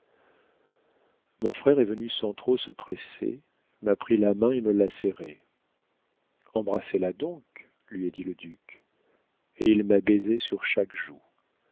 mon frère est venu sans trop se presser m'a pris la main et me l'a serrée embrassez la donc lui a dit le duc et il m'a baisée sur chaque joue